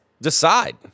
decide